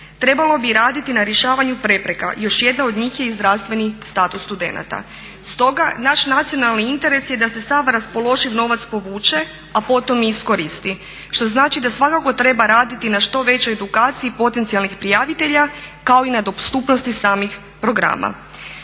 Trebalo bi raditi na rješavanju prepreka. Još jedna od njih je i zdravstveni status studenata. Stoga naš nacionalni interes je da se sav raspoloživ novac povuče, a potom i iskoristi. Što znači da svakako treba raditi na što većoj edukaciji potencijalnih prijavitelja kao i na dostupnosti samih programa.